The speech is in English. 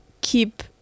keep